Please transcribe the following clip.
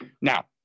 Now